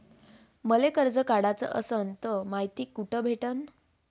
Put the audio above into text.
मले कर्ज काढाच असनं तर मायती कुठ भेटनं?